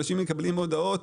אנשים מקבלים הודעות.